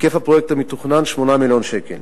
היקף הפרויקט המתוכנן, 8 מיליון שקל,